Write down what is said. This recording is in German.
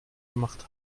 gemacht